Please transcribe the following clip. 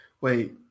Wait